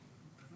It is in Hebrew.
תודה רבה.